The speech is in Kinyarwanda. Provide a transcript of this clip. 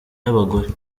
y’abagore